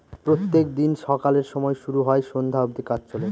প্রত্যেক দিন সকালের সময় শুরু হয় সন্ধ্যা অব্দি কাজ চলে